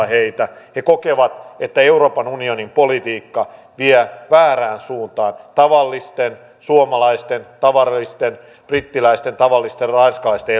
heitä he kokevat että euroopan unionin politiikka vie väärään suuntaan tavallisten suomalaisten tavallisten brittiläisten tavallisten ranskalaisten